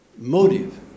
motive